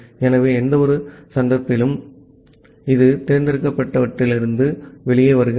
ஆகவே எந்தவொரு சந்தர்ப்பத்திலும் இது தேர்ந்தெடுக்கப்பட்டவற்றிலிருந்து வெளியே வருகிறது